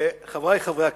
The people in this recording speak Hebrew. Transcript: חברי חברי הכנסת,